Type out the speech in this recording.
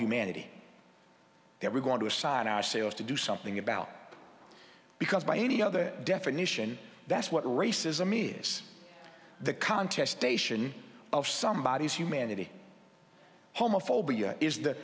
humanity that we're going to assign our sails to do something about because by any other definition that's what racism is the contest station of somebody is humanity homophobia is the